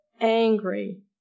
angry